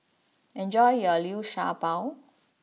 enjoy your Liu Sha Bao